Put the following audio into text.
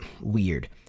weird